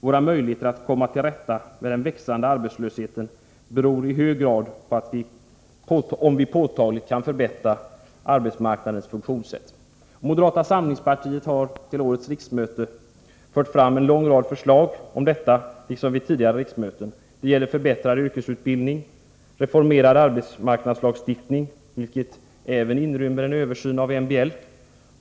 Våra möjligheter att komma till rätta med den växande arbetslösheten beror i hög grad på om vi kan påtagligt förbättra arbetsmarknadens funktionssätt. Moderata samlingspartiet har vid årets riksmöte fört fram en lång rad förslag om detta, liksom vid tidigare riksmöten. De gäller t.ex. förbättrad yrkesutbildning och reformerad arbetsmarknadslagstiftning. Det senare inrymmer även en översyn av MBL.